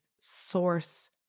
source